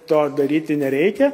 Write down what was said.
to daryti nereikia